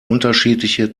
unterschiedliche